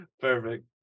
Perfect